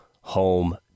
home